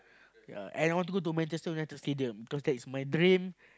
yea and I want to go to the Manchester-United-Stadium cause that is my